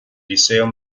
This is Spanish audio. liceo